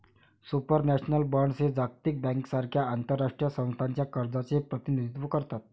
supranational bonds हे जागतिक बँकेसारख्या आंतरराष्ट्रीय संस्थांच्या कर्जाचे प्रतिनिधित्व करतात